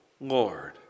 Lord